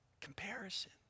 comparison